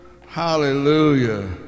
Hallelujah